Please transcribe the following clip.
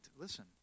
listen